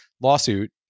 lawsuit